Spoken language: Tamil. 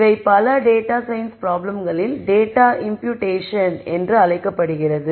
இவை பல டேட்டா சயின்ஸ் ப்ராப்ளம்களில் டேட்டா இம்புட்டேஷன் என்று அழைக்கப்படுகிறது